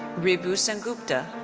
ribhu sengupta.